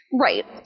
Right